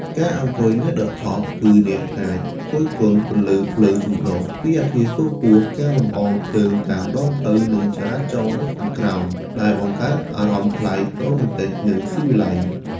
ការអង្គុយនៅ ឌឹ ថប់ គឺអ្នកអាចគយគន់ពន្លឺភ្លើងចម្រុះពណ៌ពីអគារខ្ពស់ៗ ការលម្អរភ្លើងតាមដងផ្លូវ និងចរាចរណ៍នៅខាងក្រោម ដែលបង្កើតអារម្មណ៍ប្លែក រ៉ូមែនទិក និងស៊ីវិល័យ។